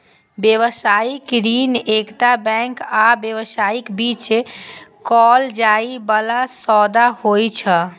व्यावसायिक ऋण एकटा बैंक आ व्यवसायक बीच कैल जाइ बला सौदा होइ छै